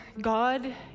God